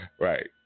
Right